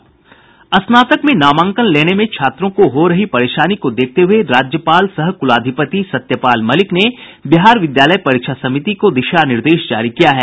स्नातक में नामांकन लेने में छात्रों को हो रही परेशानी को देखते हुये राज्यपाल सह कुलाधिपति सत्यपाल मलिक ने बिहार विद्यालय परीक्षा समिति को दिशा निर्देश जारी किया है